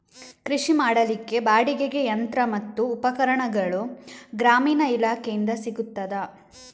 ಕೃಷಿ ಮಾಡಲಿಕ್ಕೆ ಬಾಡಿಗೆಗೆ ಯಂತ್ರ ಮತ್ತು ಉಪಕರಣಗಳು ಗ್ರಾಮೀಣ ಇಲಾಖೆಯಿಂದ ಸಿಗುತ್ತದಾ?